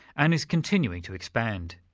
and is continuing to expand.